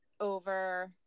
over